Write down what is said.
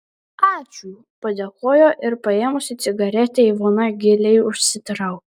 ačiū padėkojo ir paėmusi cigaretę ivona giliai užsitraukė